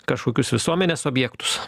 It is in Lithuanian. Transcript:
kažkokius visuomenės objektus